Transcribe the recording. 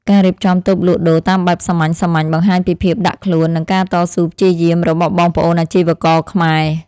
ការរៀបចំតូបលក់ដូរតាមបែបសាមញ្ញៗបង្ហាញពីភាពដាក់ខ្លួននិងការតស៊ូព្យាយាមរបស់បងប្អូនអាជីវករខ្មែរ។